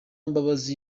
mbabazi